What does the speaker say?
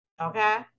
Okay